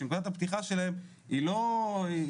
כשנקודת הפתיחה שלהם היא לא,